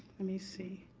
me see.